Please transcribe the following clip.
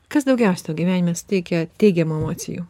kas daugiausiai tau gyvenime teikia teigiamų emocijų